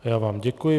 Já vám děkuji.